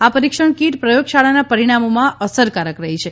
આ પરીક્ષણ કીટ પ્રયોગશાળાના પરિણામોમાં અસરકારક રહી છે